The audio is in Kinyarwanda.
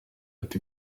ati